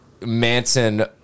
Manson